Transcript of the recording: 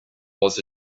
was